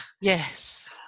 Yes